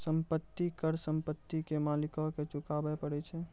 संपत्ति कर संपत्ति के मालिको के चुकाबै परै छै